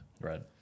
Right